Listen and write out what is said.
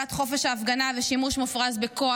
הגבלת חופש ההפגנה ושימוש מופרז בכוח.